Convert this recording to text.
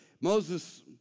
Moses